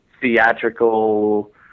theatrical